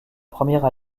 première